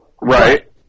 Right